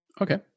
Okay